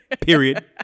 Period